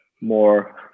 more